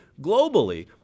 globally